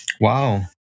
wow